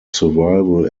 survival